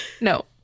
No